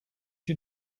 she